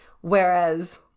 Whereas